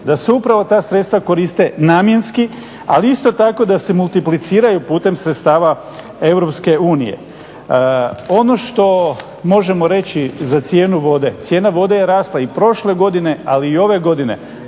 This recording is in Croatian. da se upravo ta sredstva koriste namjenski. Ali isto tako da se multipliciraju putem sredstava Europske unije. Ono što možemo reći za cijenu vode, cijena vode je rasla i prošle godine ali i ove godine.